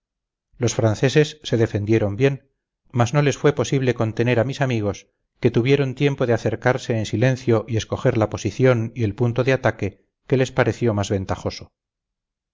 los franceses se defendieron bien mas no les fue posible contener a mis amigos que tuvieron tiempo de acercarse en silencio y escoger la posición y el punto de ataque que les pareció más ventajoso